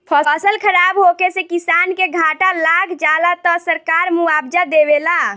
फसल खराब होखे से किसान के घाटा लाग जाला त सरकार मुआबजा देवेला